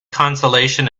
consolation